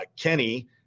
Kenny